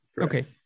Okay